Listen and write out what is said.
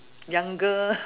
younger